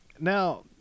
now